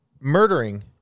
murdering